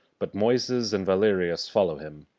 but moyses and valerius follow him.